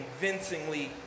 convincingly